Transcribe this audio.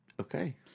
Okay